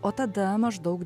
o tada maždaug